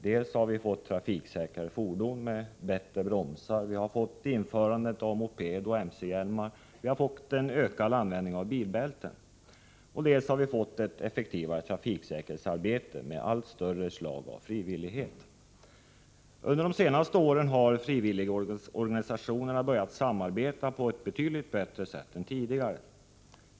Dels har vi fått trafiksäkrare fordon med bättre bromsar, införande av mopedoch mchjälmar samt ökad användning av bilbälten, dels har vi fått ett effektivare trafiksäkerhetsarbete med allt större inslag av frivillighet. Under de senaste åren har frivilligorganisationerna börjat samarbeta på ett betydligt bättre sätt än tidigare.